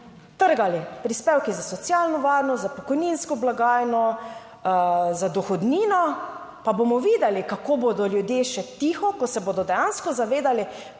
trgali prispevki za socialno varnost, za pokojninsko blagajno, za dohodnino, pa bomo videli, kako bodo ljudje še tiho, ko se bodo dejansko zavedali